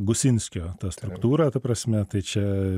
gusinskio ta struktūra ta prasme tai čia